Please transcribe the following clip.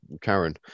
Karen